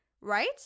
right